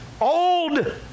old